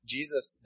Jesus